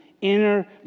inner